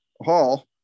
Hall